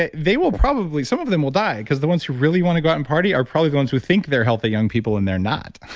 ah they will probably, some of them will die, because the ones who really want to go out and party are probably the ones who think they're healthy young people and they're not